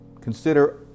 Consider